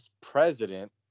president